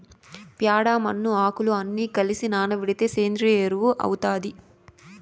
ప్యాడ, మన్ను, ఆకులు అన్ని కలసి నానబెడితే సేంద్రియ ఎరువు అవుతాది